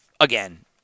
again